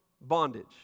bondage